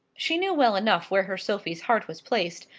she knew well enough where her sophie's heart was placed,